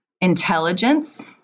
Intelligence